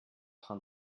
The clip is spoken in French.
train